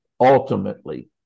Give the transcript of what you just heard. ultimately